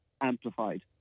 amplified